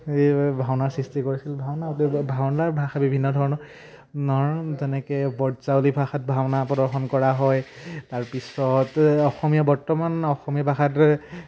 এই ভাওনাৰ সৃষ্টি কৰিছিল ভাওনা ভাওনাৰ ভাষা বিভিন্ন ধৰণৰ যেনেকৈ ব্ৰজাৱলী ভাষাত ভাওনা প্ৰদৰ্শন কৰা হয় তাৰপিছত অসমীয়া বৰ্তমান অসমীয়া ভাষাটো